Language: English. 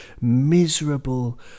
miserable